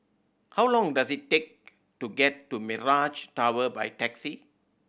how long does it take to get to Mirage Tower by taxi